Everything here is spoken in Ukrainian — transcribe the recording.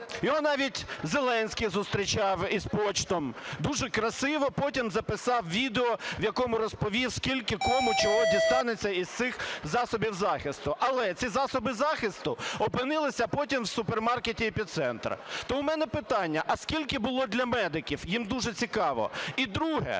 Його навіть Зеленський зустрічав із почтом. Дуже красиво потім записав відео, в якому розповів, скільки кому чого дістанеться із цих засобів захисту. Але ці засоби захисту опинилися потім в супермаркеті "Епіцентр". Тому у мене питання: а скільки було для медиків? Їм дуже цікаво. І друге.